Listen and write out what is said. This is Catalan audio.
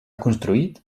construït